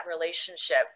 relationship